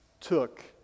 took